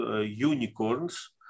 unicorns